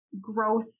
growth